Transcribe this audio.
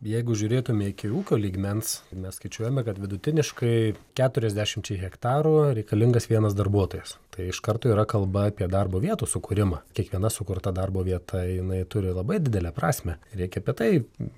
jeigu žiūrėtume iki ūkio lygmens mes skaičiuojame kad vidutiniškai keturiasdešimčiai hektarų reikalingas vienas darbuotojas tai iš karto yra kalba apie darbo vietų sukūrimą kiekviena sukurta darbo vieta jinai turi labai didelę prasmę reikia apie tai